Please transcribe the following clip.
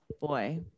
boy